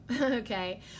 Okay